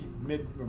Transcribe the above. mid